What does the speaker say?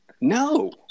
No